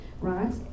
right